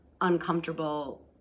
uncomfortable